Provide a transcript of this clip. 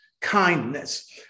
kindness